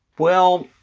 well,